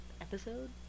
episode